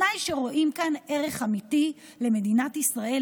בתנאי שרואים כאן ערך אמיתי למדינת ישראל